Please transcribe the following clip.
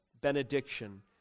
benediction